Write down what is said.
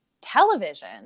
television